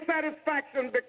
satisfaction